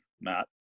Matt